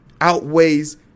outweighs